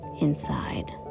inside